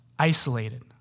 Isolated